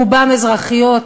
רובן אזרחיות,